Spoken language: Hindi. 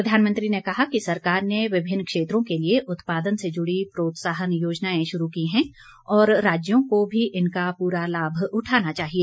प्रधानमंत्री ने कहा कि सरकार ने विभिन्न क्षेत्रों के लिए उत्पादन से जुड़ी प्रोत्साहन योजनाएं शुरू की हैं और राज्यों को भी इनका पूरा लाभ उठाना चाहिए